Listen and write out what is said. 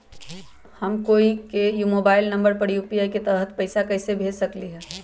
हम कोई के मोबाइल नंबर पर यू.पी.आई के तहत पईसा कईसे भेज सकली ह?